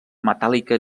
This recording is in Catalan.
metàl·lica